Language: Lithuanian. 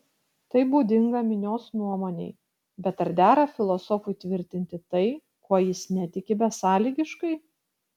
tai būdinga minios nuomonei bet ar dera filosofui tvirtinti tai kuo jis netiki besąlygiškai